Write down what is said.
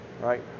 right